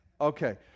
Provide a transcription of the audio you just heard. Okay